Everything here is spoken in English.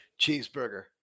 cheeseburger